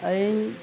ᱤᱧ